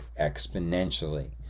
exponentially